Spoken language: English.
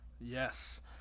Yes